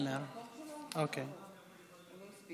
של חבר הכנסת מיקי לוי אחרי סעיף